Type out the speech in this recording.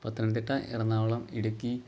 Pathanamthitta Ernakulam Idukki